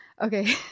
Okay